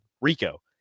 Rico